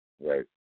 right